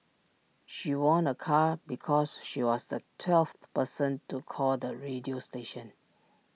she won A car because she was the twelfth person to call the radio station